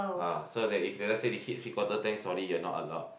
ah so that if you let's say hit three quarter tank sorry you're not allowed